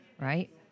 right